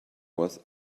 was